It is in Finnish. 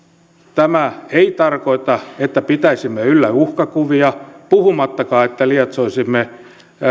tämä ei tarkoita että pitäisimme yllä uhkakuvia puhumattakaan että lietsoisimme